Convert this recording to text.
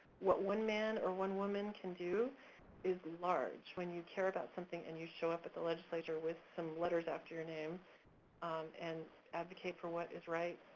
what one man or one woman can do is large when you care about something and you show up at the legislature with some letters after your name and advocate for what is right.